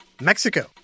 Mexico